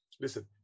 listen